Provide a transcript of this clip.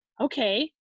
okay